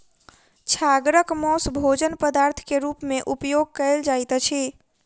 छागरक मौस भोजन पदार्थ के रूप में उपयोग कयल जाइत अछि